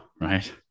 right